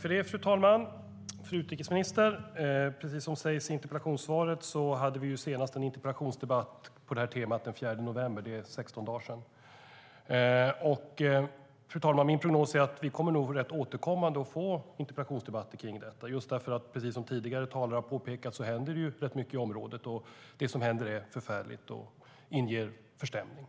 Fru talman! Min prognos är att vi nog rätt återkommande kommer att få interpellationsdebatter om detta, just därför att, som tidigare talare har påpekat, det händer rätt mycket i området, och det som händer är förfärligt och inger förstämning.